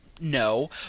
No